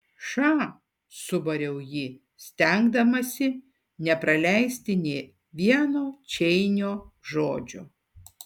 ša subariau jį stengdamasi nepraleisti nė vieno čeinio žodžio